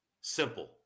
Simple